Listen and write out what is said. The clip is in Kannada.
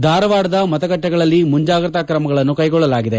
ಧಾರವಾಡದ ಮತಗಟ್ಟೆಗಳಲ್ಲಿ ಮುಂಜಾಗ್ರತಾ ಕ್ರಮಗಳನ್ನು ಕೈಗೊಳ್ಳಲಾಗಿದೆ